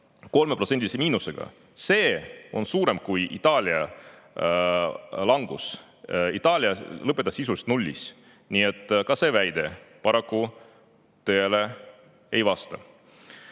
aasta 3%‑lise miinusega. See on suurem kui Itaalia langus, Itaalia lõpetas sisuliselt nullis. Nii et ka see väide paraku tõele ei vasta.